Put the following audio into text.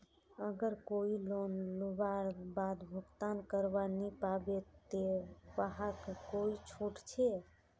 अगर कोई लोन लुबार बाद भुगतान करवा नी पाबे ते वहाक कोई छुट छे?